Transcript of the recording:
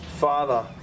Father